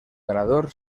ganador